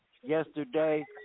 yesterday